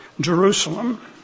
Jerusalem